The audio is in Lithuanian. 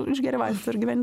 išgeri vaistų ir gyveni